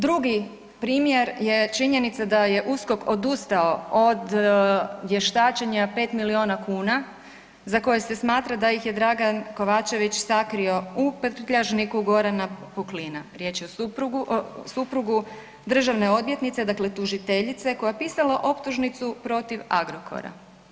Drugi primjer je činjenica da je USKOK odustao od vještačenja 5 milijuna kuna za koje se smatra da ih je Dragan Kovačević sakrio u prtljažniku Gorana Puklina, riječ je o suprugu državne odvjetnice, dakle tužiteljice koja je pisala optužnicu protiv Agrokora.